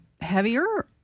heavier